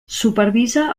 supervisa